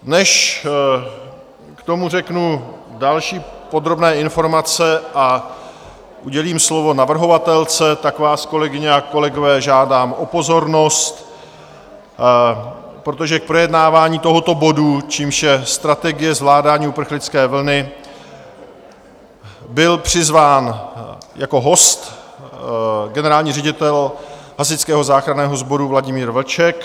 Než k tomu řeknu další podrobné informace a udělím slovo navrhovatelce, tak vás, kolegyně a kolegové, žádám o pozornost, protože k projednávání tohoto bodu, čímž je Strategie zvládání uprchlické vlny, byl přizván jako host generální ředitel hasičského záchranného sboru Vladimír Vlček.